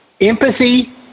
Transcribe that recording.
Empathy